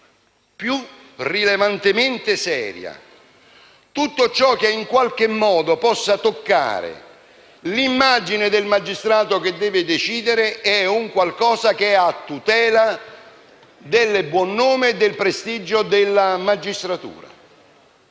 più rilevantemente seria tutto ciò che in qualche modo possa toccare l'immagine del magistrato che deve decidere è un qualcosa a tutela del buon nome e del prestigio della magistratura.